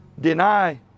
deny